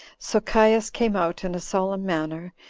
so caius came out in a solemn manner,